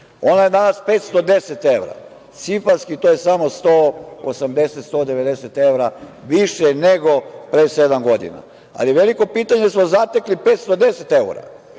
Ona je danas 510 evra. Cifarski to je samo 180, 190 evra više nego pre sedam godina. Ali, veliko je pitanje da smo zatekli 510 evra,